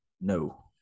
No